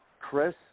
Chris